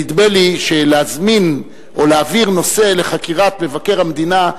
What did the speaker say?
נדמה לי שלהזמין או להעביר נושא לחקירת מבקר המדינה,